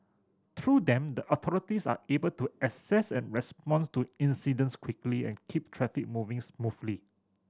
through them the authorities are able to assess and responds to incidents quickly and keep traffic moving smoothly